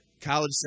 College